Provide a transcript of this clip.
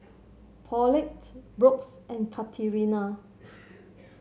Paulette Brooks and Katarina